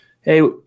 hey